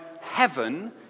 heaven